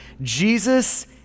Jesus